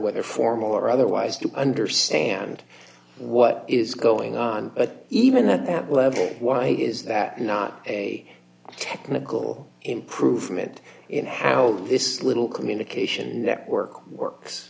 whether formal or otherwise to understand what is going on but even that why is that not a technical improvement in how this little communication network works